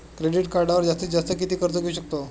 Credit कार्डवर जास्तीत जास्त किती कर्ज घेऊ शकतो?